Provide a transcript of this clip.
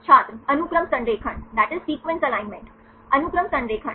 छात्र अनुक्रम संरेखण अनुक्रम संरेखण